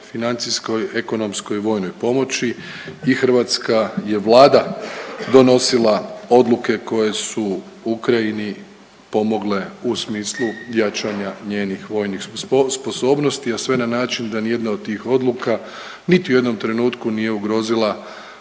financijskoj, ekonomskoj i vojnoj pomoći i hrvatska je Vlada donosila odluke koje su Ukrajini pomogle u smislu jačanja njenih vojnih sposobnosti, a sve na način da nijedna od tih odluka niti u jednom trenutku nije ugrozila